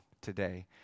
today